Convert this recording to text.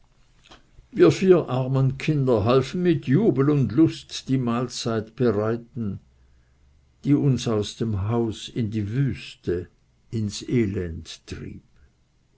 wir vier armen kinder halfen mit jubel und lust die mahlzeit bereiten die uns aus dem hause in die wüste ins elend trieb